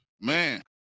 Man